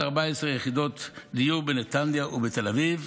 עוד 714 יחידות דיור בנתניה ובתל אביב,